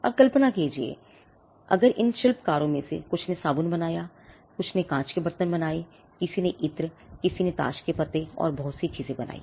अब कल्पना कीजिए कि अगर इन शिल्पकारों में से कुछ ने साबुन बनाया तो उनमें से कुछ ने कांच के बर्तन बनाएकिसी ने इत्र कुछ ने ताश के पत्ते और बहुत सी चीजें बनाई